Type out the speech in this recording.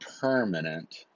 permanent